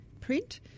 print